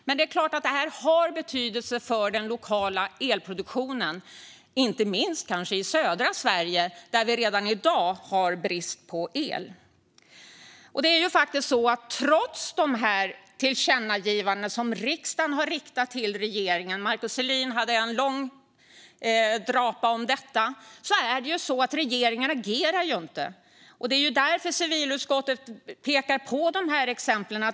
Men det är klart att detta har betydelse för den lokala elproduktionen, kanske inte minst i södra Sverige, där vi redan i dag har brist på el. Det är faktiskt så att trots de tillkännagivanden som riksdagen har riktat till regeringen - Markus Selin hade en lång drapa om detta - har regeringen inte agerat, och det är därför som civilutskottet pekar på de här exemplen.